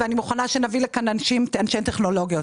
ואני מוכנה שנביא לכאן אנשי טכנולוגיה.